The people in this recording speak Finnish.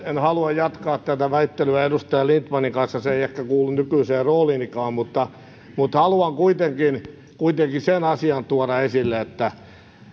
en halua jatkaa tätä väittelyä edustaja lindtmanin kanssa se ei ehkä kuulu nykyiseen rooliinikaan mutta mutta haluan kuitenkin kuitenkin sen asian tuoda esille että